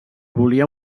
volia